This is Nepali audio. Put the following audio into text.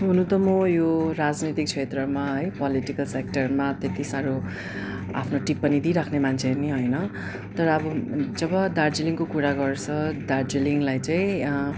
हुनु त म यो राजनैतिक क्षेत्रमा है पोलिटिकल सेक्टरमा त्यति साह्रो आफ्नो टिप्पणी दिइराख्ने मान्छे नै होइन तर अब जब दार्जिलिङको कुरा गर्छ दार्जिलिङलाई चाहिँ